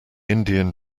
indian